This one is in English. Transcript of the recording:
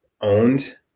owned